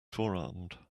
forearmed